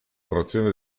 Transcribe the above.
trazione